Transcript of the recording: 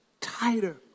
tighter